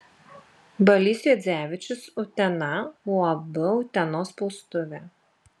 balys juodzevičius utena uab utenos spaustuvė